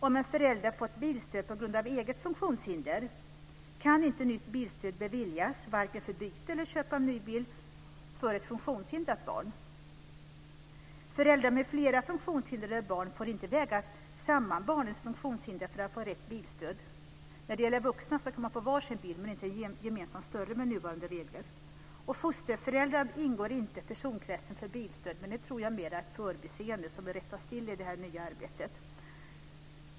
Om en förälder har fått bilstöd på grund av eget funktionshinder kan inte nytt bilstöd beviljas vare sig för byte eller köp av ny bil för ett funktionshindrat barn. Föräldrar med flera funktionshindrade barn får inte väga samman barnens funktionshinder för att få rätt bilstöd. Vuxna kan få varsin bil men inte en gemensam större med nuvarande regler. Fosterföräldrar ingår inte i personkretsen för bilstöd. Det tror jag mer är ett förbiseende som bör rättas till i det nya arbetet.